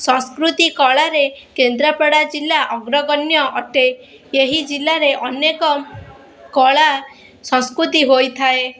ସଂସ୍କୃତି କଳାରେ କେନ୍ଦ୍ରାପଡ଼ା ଜିଲ୍ଲା ଅଗ୍ରଗଣ୍ୟ ଅଟେ ଏହି ଜିଲ୍ଲାରେ ଅନେକ କଳା ସଂସ୍କୃତି ହୋଇଥାଏ